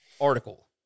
article